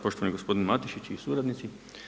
Poštovani gospodine Matešić i suradnici.